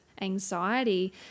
anxiety